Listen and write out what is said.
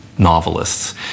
novelists